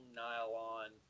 nylon